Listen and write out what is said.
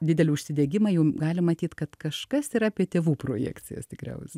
didelį užsidegimą jau galim matyt kad kažkas yra apie tėvų projekcijas tikriausiai